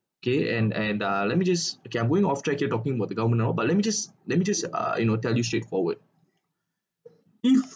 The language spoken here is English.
okay and and uh let me just okay I'm going offtrack here talking about the government now but let me just let me just uh you know tell you straightforward you know